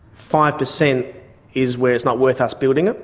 five per cent is where it's not worth us building it,